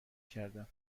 کردم